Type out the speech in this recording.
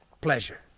pleasure